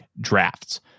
drafts